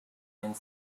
and